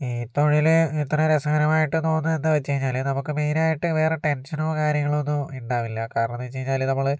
ഈ തൊഴില് ഇത്ര രസകരമായിട്ട് തോന്നുന്നത് എന്ന് വെച്ച് കഴിഞ്ഞാല് നമുക്ക് മെയ്നായിട്ട് വേറെ ടെൻഷനോ കാര്യങ്ങളോ ഒന്നും ഇണ്ടാവില്ല കാരണം എന്താന്ന് വച്ച് കഴിഞ്ഞാല് നമ്മള്